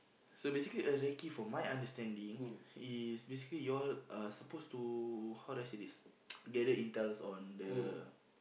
so basically a recce from my understanding is basically you all are supposed to how to do I say this gather intels on the